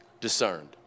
discerned